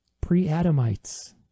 pre-Adamites